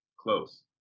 close